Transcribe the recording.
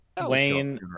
Wayne